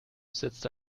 setzte